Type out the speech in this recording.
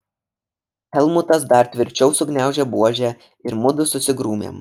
helmutas dar tvirčiau sugniaužė buožę ir mudu susigrūmėm